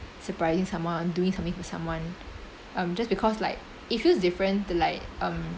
surprising someone or doing something for someone um just because like it feels different to like